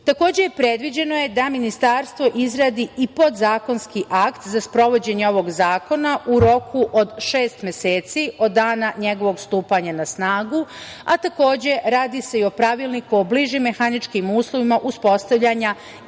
godine. Takođe je predviđeno da Ministarstvo izradi i podzakonski akt za sprovođenje ovog zakona u roku od šest meseci od dana njegovog stupanja na snagu, a takođe radi se i o pravilniku o bližim mehaničkim uslovima uspostavljanja